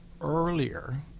earlier